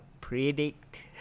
Predict